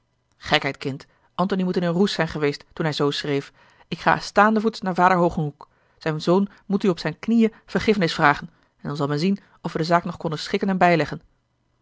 gekheid kind antony moet in een roes zijn geweest toen hij zoo schreef ik ga staandevoets naar vader hogenhoeck zijn zoon moet u op zijne knieën vergiffenis vragen en dan zal men zien of we de zaak nog konnen schikken en bijleggen